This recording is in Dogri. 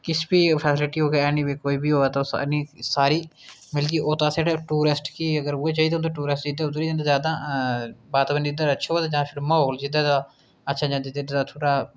किश बी फैसिलिटी कोई बी होआ हैनी तुस सारी मिलदी ओह् ते टूरेस्ट गी अगर उ'ऐ चाहिदा होंदा टूरेस्ट गी वातावरण अच्छा होऐ ज्यादा अच्छा म्हौल जित्थें दा अच्छा जानि कि जिद्धरा थोह्ड़ा